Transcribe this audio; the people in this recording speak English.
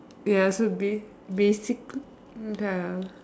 ya so bas~ basically ya